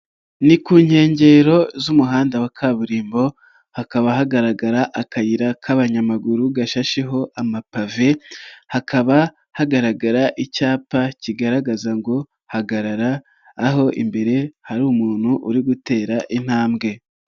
Ni ku nkengero z'umuhanda wa kaburimbo, hakaba hagaragara akayira k'abanyamaguru gashasheho amapave, hakaba hagaragara icyapa kigaragaza ngo hagarara, aho imbere hari umuntu uri gutera intambwe.